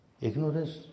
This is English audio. ignorance